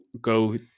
go